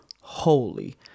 holy